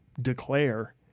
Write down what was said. declare